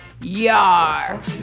Yar